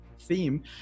theme